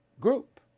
group